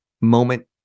moment